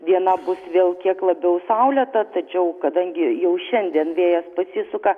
diena bus vėl kiek labiau saulėta tačiau kadangi jau šiandien vėjas pasisuka